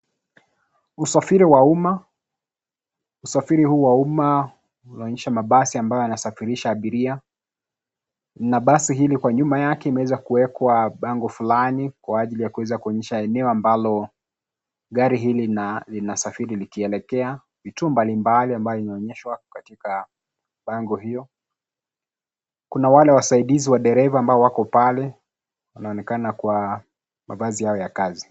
Usafiri wa umma. Usafiri huu wa umma unaonyesha mabasi ambayo yanasafirisha abiria, na basi hili kwa nyuma yake imeweza kuwekwa, bango fulani, kwa ajili ya kuweza kuonyesha eneo ambalo, gari hili lina lina safiri likielekea. Vitu mbalimbali ambayo inaonyeshwa katika bango hiyo. Kuna wale wasaidizi wa dereva ambao wako pale, wanaonekana kwa mavazi yao ya kazi.